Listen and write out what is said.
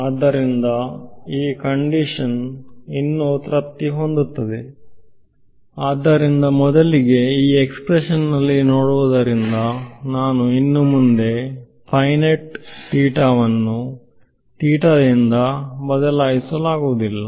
ಆದ್ದರಿಂದ ಈ ಕಂಡೀಶನ್ ಇನ್ನೂ ತೃಪ್ತಿ ಹೊಂದುತ್ತದೆ ಆದ್ದರಿಂದ ಮೊದಲಿಗೆ ಈ ಎಕ್ಸ್ಪ್ರೆಶನ್ ಇಲ್ಲಿ ನೋಡುವುದರಿಂದ ನಾನು ಇನ್ನು ಮುಂದೆ ಸೈನ್ ಥೀಟಾವನ್ನು ಥೀಟಾದಿಂದ ಬದಲಾಯಿಸಲಾಗುವುದಿಲ್ಲ